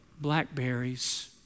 blackberries